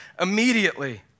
immediately